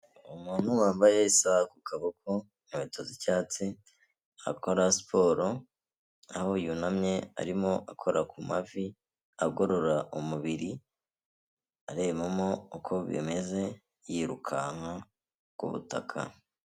Umuntu wambaye isaha ku kaboko, inkweto z'icyatsi, akora siporo, aho yunamye arimo akora ku mavi, agorora umubiri, arebamo uko bimeze, yirukanka ku butaka.